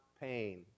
pain